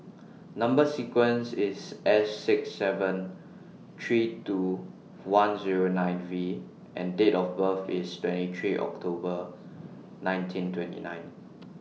Number sequence IS S six seven three two one Zero nine V and Date of birth IS twenty three October nineteen twenty nine